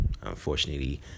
Unfortunately